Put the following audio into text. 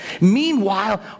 Meanwhile